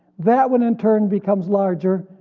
that one in turn becomes larger,